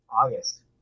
August